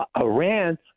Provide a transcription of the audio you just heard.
Iran